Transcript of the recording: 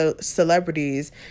celebrities